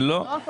לא.